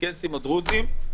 צ'רקסים או דרוזים,